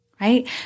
right